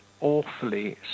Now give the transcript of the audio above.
awfully